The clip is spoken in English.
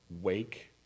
Wake